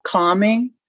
calming